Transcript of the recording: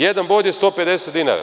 Jedan bod je 150 dinara.